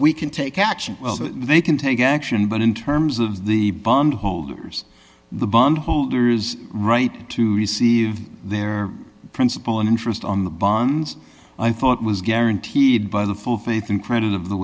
we can take action they can take action but in terms of the bondholders the bondholders right to receive their principal and interest on the bonds i thought was guaranteed by the full faith and credit of the